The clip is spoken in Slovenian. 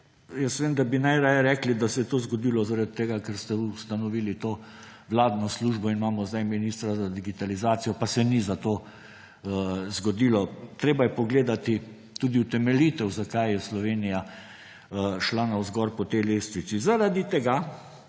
jaz vem, da bi najraje rekli, da se je to zgodilo zaradi tega, ker ste ustanovili to vladno službo in imamo zdaj ministra za digitalizacijo, pa se ni zato zgodilo, treba je pogledati tudi utemeljitev zakaj je Slovenija šla navzgor po tej lestvici. Zaradi tega,